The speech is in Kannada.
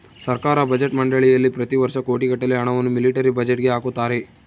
ಸರ್ಕಾರ ಬಜೆಟ್ ಮಂಡಳಿಯಲ್ಲಿ ಪ್ರತಿ ವರ್ಷ ಕೋಟಿಗಟ್ಟಲೆ ಹಣವನ್ನು ಮಿಲಿಟರಿ ಬಜೆಟ್ಗೆ ಹಾಕುತ್ತಾರೆ